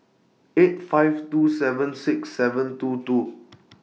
eight five two seven six seven two two